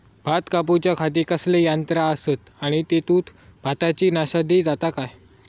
भात कापूच्या खाती कसले यांत्रा आसत आणि तेतुत भाताची नाशादी जाता काय?